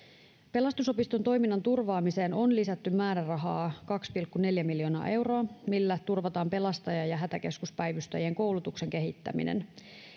pelastusopiston toiminnan turvaamiseen on lisätty määrärahaa kaksi pilkku neljä miljoonaa euroa millä turvataan pelastaja ja ja hätäkeskuspäivystäjien koulutuksen kehittäminen